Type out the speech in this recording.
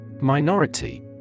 Minority